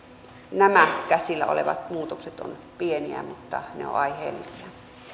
nämä käsillä olevat muutokset ovat pieniä mutta ne ovat aiheellisia